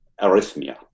arrhythmia